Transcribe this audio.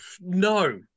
No